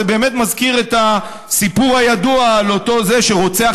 זה באמת מזכיר את הסיפור הידוע על זה שרוצח